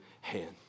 hand